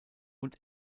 und